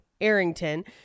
Arrington